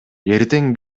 эртең